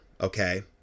okay